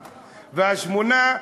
והשמונה,